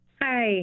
Hi